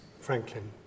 Franklin